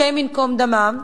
השם ייקום דמם,